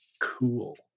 Cool